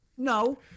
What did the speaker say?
No